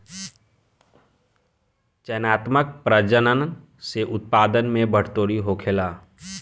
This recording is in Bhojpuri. चयनात्मक प्रजनन से उत्पादन में बढ़ोतरी होखेला